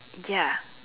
ya